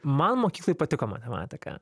man mokykloj patiko matematika